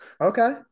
okay